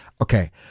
okay